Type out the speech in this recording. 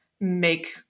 make